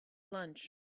lunch